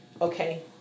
okay